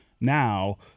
now